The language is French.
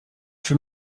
fut